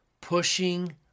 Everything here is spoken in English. pushing